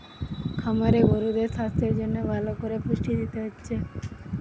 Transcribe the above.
খামারে গরুদের সাস্থের জন্যে ভালো কোরে পুষ্টি দিতে হচ্ছে